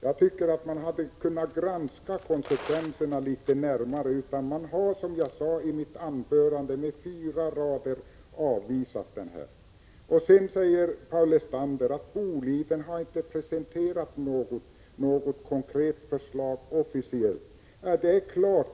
Utskottet kunde gott ha granskat konsekvenserna litet närmare, men man har alltså avvisat motionen med fyra rader. Paul Lestander säger att Boliden inte officiellt har presenterat något konkret förslag.